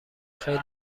خیلی